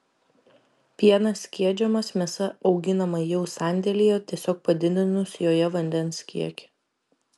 pienas skiedžiamas mėsa auginama jau sandėlyje tiesiog padidinus joje vandens kiekį